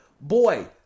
Boy